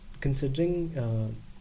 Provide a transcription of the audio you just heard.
considering